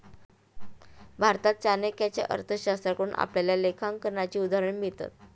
भारतात चाणक्याच्या अर्थशास्त्राकडून आपल्याला लेखांकनाची उदाहरणं मिळतात